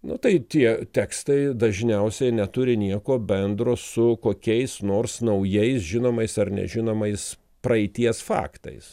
nu tai tie tekstai dažniausiai neturi nieko bendro su kokiais nors naujais žinomais ar nežinomais praeities faktais